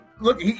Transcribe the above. Look